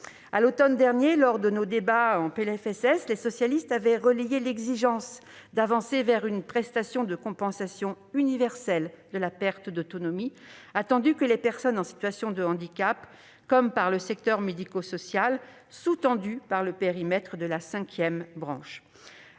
de la loi de financement de la sécurité sociale, les socialistes avaient relayé l'exigence d'avancer vers une prestation de compensation universelle de la perte d'autonomie, une prestation attendue par les personnes en situation de handicap comme par le secteur médico-social, et sous-tendue par le périmètre de la cinquième branche.